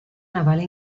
navale